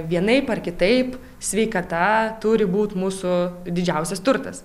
vienaip ar kitaip sveikata turi būt mūsų didžiausias turtas